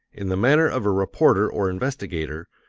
in the manner of a reporter or investigator,